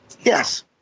Yes